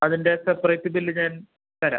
അതിൻ്റെ separate bill ഞാൻ തരാം